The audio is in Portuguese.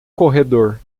corredor